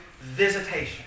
Visitation